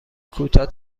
کوتاه